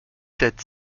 sept